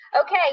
Okay